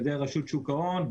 על ידי רשות שוק ההון,